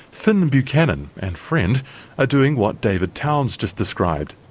fin buchanan and friend are doing what david towns just described.